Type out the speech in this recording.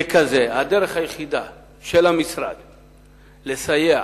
ככזה, הדרך היחידה של המשרד לסייע,